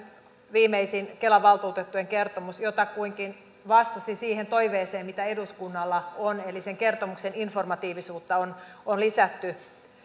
viimeisin kelan valtuutettujen kertomus jotakuinkin vastasi siihen toiveeseen mitä eduskunnalla on eli sen kertomuksen informatiivisuutta on on lisätty